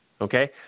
Okay